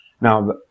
Now